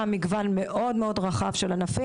גם מגוון מאוד רחב של ענפים,